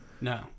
No